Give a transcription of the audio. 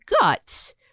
guts